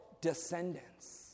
descendants